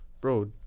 bro